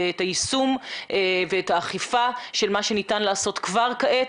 את היישום ואת האכיפה של מה שניתן לעשות כבר עתה,